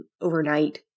overnight